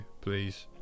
please